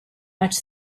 much